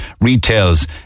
retails